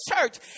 church